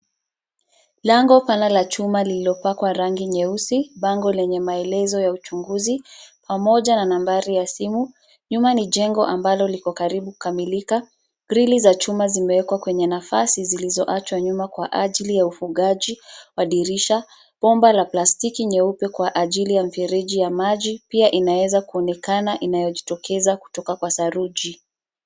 Lango pana la chuma lililopakwa rangi nyeusi, bango lenye maelezo ya uchunguzi, pamoja na nambari ya simu. Nyuma ni jengo ambalo liko karibu kukamilika. Grilli za chuma zimewekwa kwenye nafasi zilizoachwa nyuma kwa ajili ya ufungaji wa dirisha. Bomba la plastiki nyeupe kwa ajili ya mfereji ya maji pia inaweza kuonekana inayojitokeza kutoka kwa saruji.